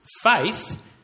Faith